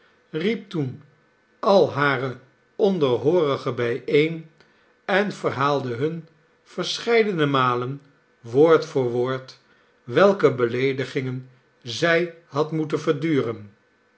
riep toen al hare onderhoorigen bij een en verhaalde hun verscheidene malen woord voor woord welke beleedigingen zij had moeten verduren